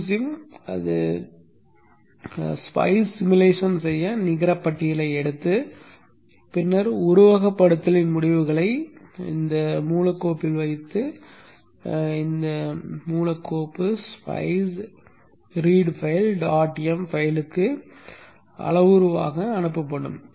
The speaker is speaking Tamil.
q sim அது என்ன செய்யும் என்றால் அது ஸ்பைஸ் சிமுலேஷன் செய்ய நிகர பட்டியலை எடுத்து பின்னர் உருவகப்படுத்துதலின் முடிவுகளை மூலக் கோப்பில் வைத்து மூலக் கோப்பு spice read file dot m file பைலுக்கு அளவுருவாக அனுப்பப்படும்